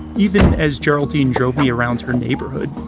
even as geraldine drove me around her neighborhood,